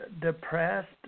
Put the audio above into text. depressed